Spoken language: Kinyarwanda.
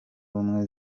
ubumwe